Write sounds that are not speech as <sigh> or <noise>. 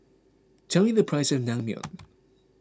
tell me the price of Naengmyeon <noise>